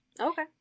Okay